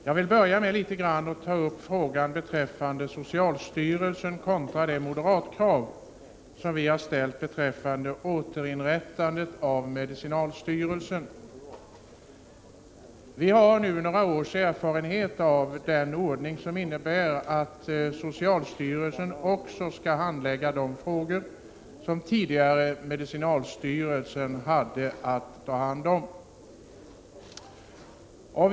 Jag vill börja med att ta upp frågan om socialstyrelsen kontra vårt moderata krav på återinrättande av medicinalstyrelsen. Vi har nu några års erfarenhet av den ordning som innebär att socialstyrelsen också skall handlägga de frågor som tidigare medicinalstyrelsen hade att ta hand om.